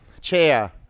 chair